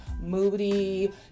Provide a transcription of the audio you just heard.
moody